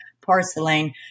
porcelain